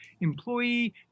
employee